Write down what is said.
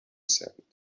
sand